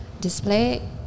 display